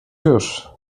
już